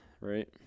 right